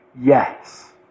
yes